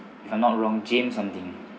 if I'm not wrong james something